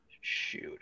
Shoot